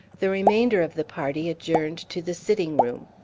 the remainder of the party adjourned to the sitting-room.